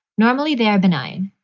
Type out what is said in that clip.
normally they're benign,